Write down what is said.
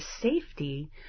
safety